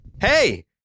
hey